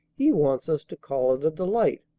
he wants us to call it a delight.